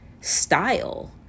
style